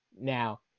Now